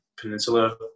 peninsula